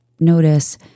Notice